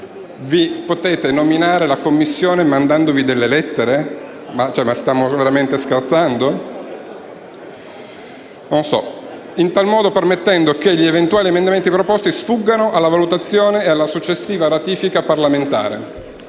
potete nominare la commissione mandandovi delle lettere? Ma stiamo veramente scherzando? - in tal modo permettendo che gli eventuali emendamenti proposti sfuggano alla valutazione e alla successiva ratifica parlamentare.